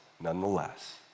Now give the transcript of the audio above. nonetheless